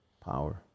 power